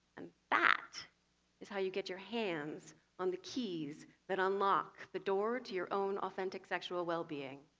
and that is how you get your hands on the keys that unlock the door to your own authentic sexual well-being,